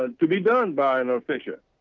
ah to be done by and a,